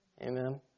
Amen